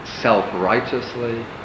self-righteously